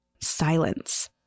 silence